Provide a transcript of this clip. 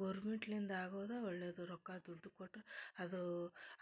ಗೋರ್ಮೆಂಟ್ಲಿಂದಾಗೋದ ಒಳ್ಳೆಯದು ರೊಕ್ಕ ದುಡ್ಡು ಕೊಟ್ಟು ಅದು